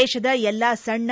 ದೇಶದ ಎಲ್ಲಾ ಸಣ್ಣ